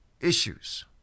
issues